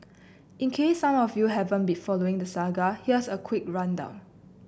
in case some of you haven't been following the saga here's a quick rundown